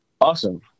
Awesome